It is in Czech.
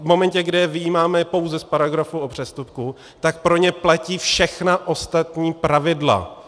V momentě, kdy je vyjímáme pouze z paragrafu o přestupku, tak pro ně platí všechna ostatní pravidla.